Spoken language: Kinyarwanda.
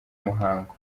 muhango